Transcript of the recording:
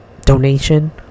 donation